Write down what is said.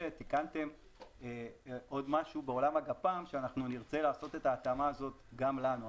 תיקנתם עוד משהו בעולם הגפ"ם שאנחנו נרצה לעשות את ההתאמה הזאת גם לנו.